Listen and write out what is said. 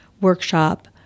workshop